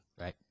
right